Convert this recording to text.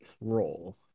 role